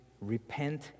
repent